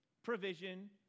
provision